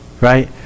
Right